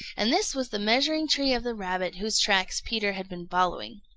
and this was the measuring-tree of the rabbit whose tracks peter had been following.